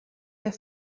der